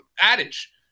adage